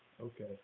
okay